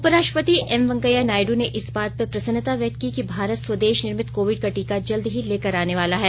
उपराष्ट्रपति एम वेंकैया नायडू ने इस बात पर प्रसन्नता व्यक्त की कि भारत स्वदेश निर्मित कोविड का टीका जल्द ही लेकर आने वाला है